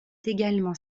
également